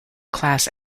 class